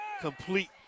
complete